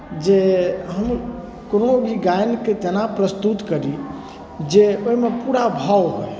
जे हम कोनो भी गायनके तरफ प्रस्तुत करी जे ओहिमे पूरा भाव होय